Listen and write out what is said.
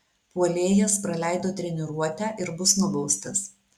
puolėjas praleido treniruotę ir bus nubaustas